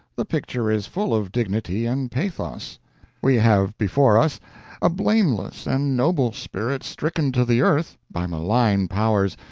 the picture is full of dignity and pathos we have before us a blameless and noble spirit stricken to the earth by malign powers,